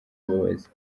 mbabazi